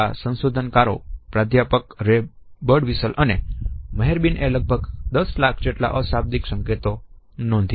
આ સંશોધનકારો પ્રાધ્યાપક રે બર્ડવીસલ અને મેહરબીન એ લગભગ દસ લાખ જેટલા અશાબ્દિક સંકેતો નોંધ્યા